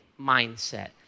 mindset